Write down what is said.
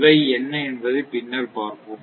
இவை என்ன என்பதை பின்னர் பார்ப்போம்